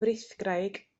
frithgraig